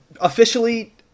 officially